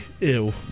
Ew